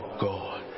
God